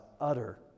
utter